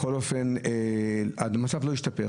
בכל אופן, המצב לא השתפר.